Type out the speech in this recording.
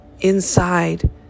inside